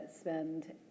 spend